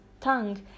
tongue